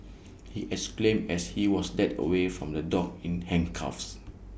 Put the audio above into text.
he exclaimed as he was led away from the dock in handcuffs